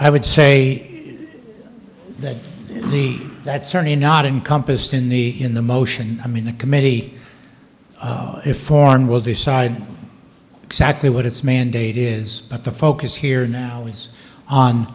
i would say that the that certainly not in compassed in the in the motion i mean the committee if foreign will decide exactly what its mandate is but the focus here now is on